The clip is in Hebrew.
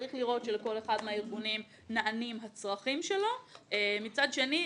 צריך לראות שלכל אחד מהארגונים נענים הצרכים שלו מצד שני,